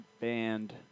band